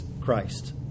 Christ